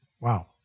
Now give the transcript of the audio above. Wow